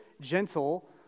gentle